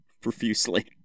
profusely